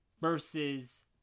versus